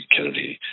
Kennedy